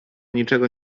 niczego